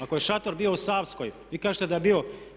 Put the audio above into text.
Ako je šator bio u Savskoj, vi kažete da je bio.